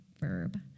verb